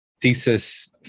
thesis